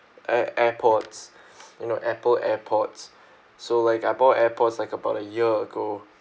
air~ airpods you know Apple airpods so like I bought airpods like about a year ago